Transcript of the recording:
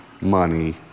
money